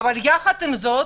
אבל יחד עם זאת